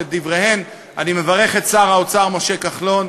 אני מברך את שר האוצר משה כחלון,